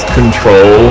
control